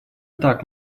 так